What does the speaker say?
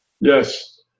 Yes